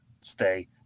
stay